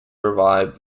revived